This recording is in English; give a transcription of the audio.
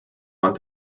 one